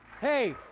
Hey